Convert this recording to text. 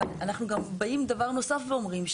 אנחנו גם באים ודבר נוסף אומרים,